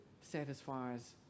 satisfies